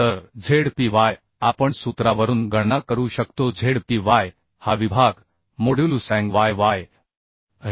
तर Zpyआपण सूत्रावरून गणना करू शकतो Zpy हा विभाग मोड्युलुसॅंग yy आहे